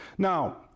Now